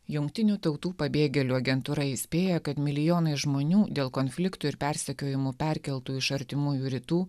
jungtinių tautų pabėgėlių agentūra įspėja kad milijonai žmonių dėl konfliktų ir persekiojimų perkeltų iš artimųjų rytų